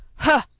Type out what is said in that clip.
huh!